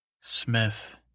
Smith